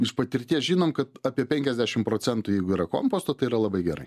iš patirties žinom kad apie penkiasdešim procentų jeigu yra komposto tai yra labai gerai